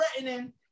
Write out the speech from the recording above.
threatening